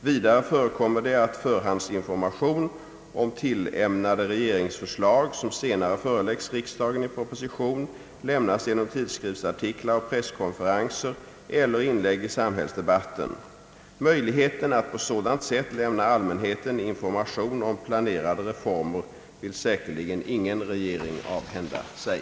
Vidare förekommer det att förhandsinformation om tillämnade regeringsförslag som senare föreläggs riksdagen i proposition lämnas genom tidskriftsartiklar och presskonferenser eller inlägg i samhällsdebatten. Möjligheten att på sådant sätt lämna allmänheten information om planerade reformer vill säkerligen ingen regering avhända sig.